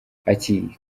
ati